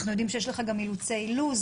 אנחנו יודעים שיש לך גם אילוצי לוז,